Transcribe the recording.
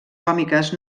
còmiques